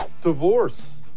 Divorce